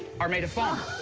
are made of foam,